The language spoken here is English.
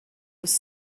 was